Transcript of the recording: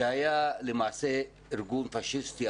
שהיה למעשה ארגון פשיסטי,